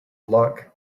luck